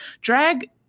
drag